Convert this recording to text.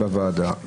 בוועדה.